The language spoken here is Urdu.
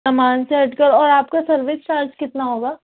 سامان سے ہٹ کر اور آپ کا سروس چارج کتنا ہوگا